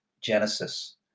Genesis